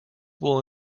will